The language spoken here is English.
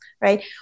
right